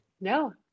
No